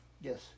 Yes